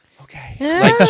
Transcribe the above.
okay